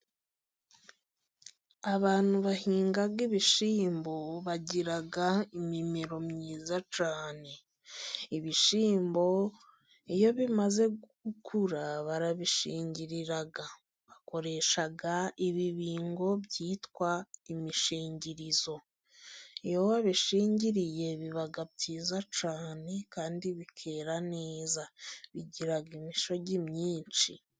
Abantu bahinga ibishyimbo bagira imimero myiza cyane. Ibishyimbo iyo bimaze gukura barabishingirira, bakoresha ibibingo byitwa imishingirizo. Iyo wabishingiriye biba byiza cyane, kandi bikera neza bigira imishogi myinshi.